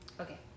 Okay